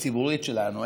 הציבורית שלנו,